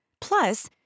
Plus